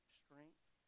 strength